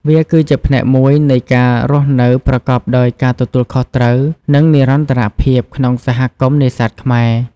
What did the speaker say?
វាគឺជាផ្នែកមួយនៃការរស់នៅប្រកបដោយការទទួលខុសត្រូវ និងនិរន្តរភាពក្នុងសហគមន៍នេសាទខ្មែរ។